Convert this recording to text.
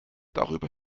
darüber